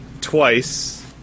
twice